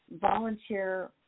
volunteer